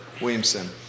Williamson